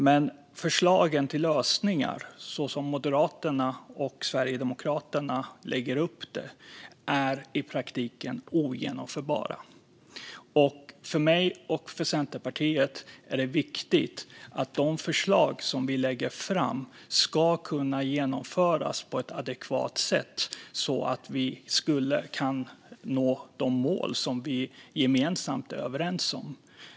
Men förslagen till lösningar, så som Moderaterna och Sverigedemokraterna lägger upp dem, är i praktiken ogenomförbara. För mig och Centerpartiet är det viktigt att de förslag som vi lägger fram ska kunna genomföras på ett adekvat sätt så att vi kan nå de mål som vi gemensamt är överens om.